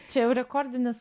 čia jau rekordinis